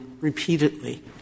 repeatedly